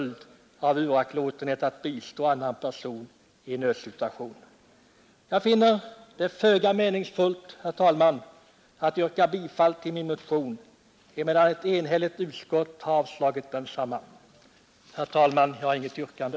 Jag finner det föga meningsfullt att yrka bifall till min motion, då ett enhälligt utskott har avstyrkt densamma. Herr talman! Jag har inget yrkande.